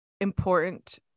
important